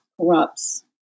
corrupts